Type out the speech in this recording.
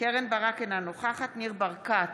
קרן ברק, אינה נוכחת ניר ברקת,